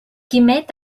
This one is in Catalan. quimet